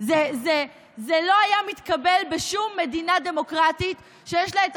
זה לא היה מתקבל בשום מדינה דמוקרטית שיש לה את